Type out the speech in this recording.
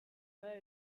mode